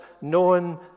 known